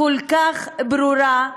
כל כך ברורה,